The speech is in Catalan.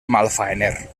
malfaener